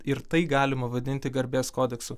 ir tai galima vadinti garbės kodeksu